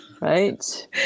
Right